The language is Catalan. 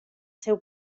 seu